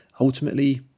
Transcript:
ultimately